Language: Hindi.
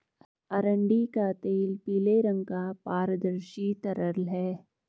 अरंडी का तेल पीले रंग का पारदर्शी तरल है